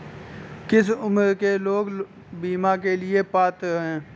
किस उम्र के लोग बीमा के लिए पात्र हैं?